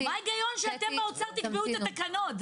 מה ההיגיון שאתם, האוצר, תקבעו את התקנות?